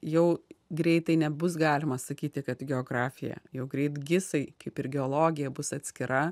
jau greitai nebus galima sakyti kad geografija jau greit gisai kaip ir geologija bus atskira